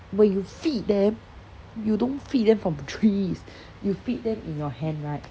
when you feed them you don't feed them from trees you feed them in your hand right